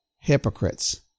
hypocrites